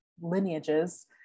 lineages